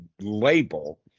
label